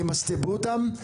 ימסט"בו אותם,